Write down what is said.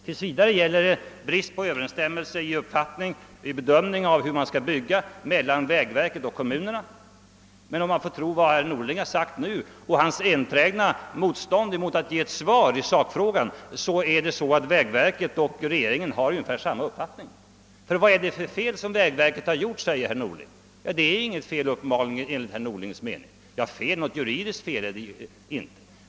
Tills vidar råder det brist på överensstämmelse i uppfattningarna mellan vägverket och kommunerna när det gäller bedömningen av hur man skall bygga, men om vi skall tro vad herr Norling här sagt och av hans kompakta ovilja att svara i sakfrågan att döma verkar vägverket och regeringen ha ungefär samma uppfattning. Vad är det för fel vägverket har gjort i detta fall undrar herr Norling? Ja, verket har inte begått något juridiskt fel.